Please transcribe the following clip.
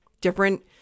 different